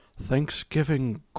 Thanksgiving